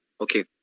Okay